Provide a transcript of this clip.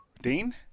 Dean